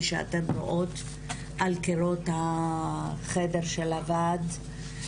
שאתן רואות על קירות החדר של הועדה,